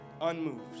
Unmoved